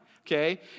Okay